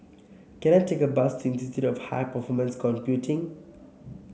can I take a bus to Institute of High Performance Computing